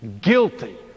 guilty